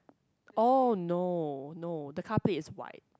oh no no the car plate is white